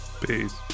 Peace